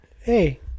hey